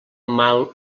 mal